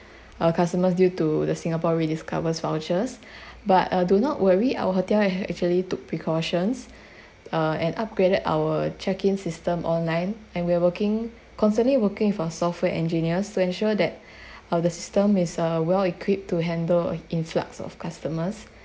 uh customers due to the singaporediscovers vouchers but uh do not worry our hotel have actually took precautions uh and upgraded our check in system online and we are working constantly working with our software engineers to ensure that uh the system is uh well equipped to handle influx of customers